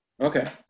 Okay